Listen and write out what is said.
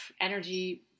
energy